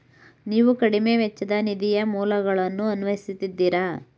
ನೀವು ಕಡಿಮೆ ವೆಚ್ಚದ ನಿಧಿಯ ಮೂಲಗಳನ್ನು ಅನ್ವೇಷಿಸಿದ್ದೀರಾ?